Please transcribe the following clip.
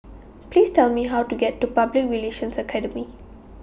Please Tell Me How to get to Public Relations Academy